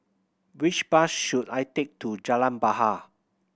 which bus should I take to Jalan Bahar